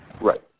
Right